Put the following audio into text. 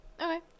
Okay